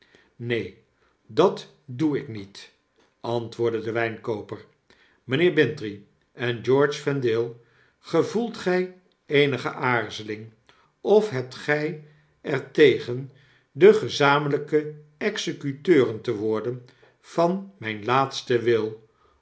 neen dat doe ik niet antwoordde de wynkooper mijnheer bintrey en george vendale gevoelt gij eenige aarzeling of hebt gij er tegen de gezamenlijke executeuren te worden van myn laatsten wil